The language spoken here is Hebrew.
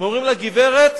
ואומרים לה: גברת,